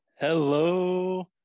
Hello